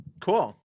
Cool